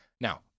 Now